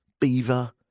beaver